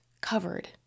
covered